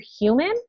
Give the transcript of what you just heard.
human